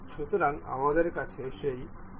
সুতরাং আমাদের কাছে সেই হলোও সিলিন্ডারটি আছে